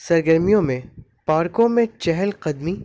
سرگرمیوں میں پارکوں میں چہل قدمی